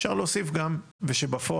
אפשר להוסיף גם ושבפועל,